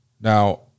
Now